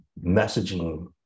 messaging